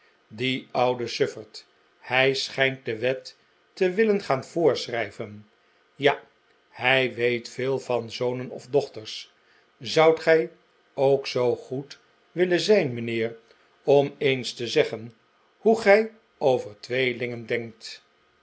die oude sufferd hij schijnt de wet te willen gaan voorschrijven ja hij weet veel van zonen of dochters zoudt gij ook zoo goed willen zijn mijnheer om eens te zeggen hoe gij over tweelingen denkt